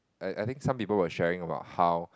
I I think some people were sharing about how